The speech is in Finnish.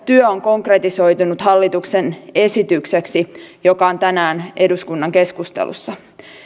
työ on konkretisoitunut hallituksen esitykseksi joka on tänään eduskunnan keskustelussa